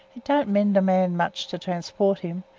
it don't mend a man much to transport him,